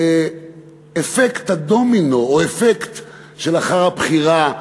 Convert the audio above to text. אפקט הדומינו, או אפקט שלאחר הבחירה,